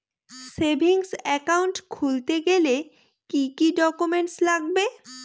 Savings account খুলতে গেলে কি কি ডকুমেন্টস লাগবে?